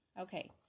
Okay